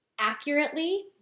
accurately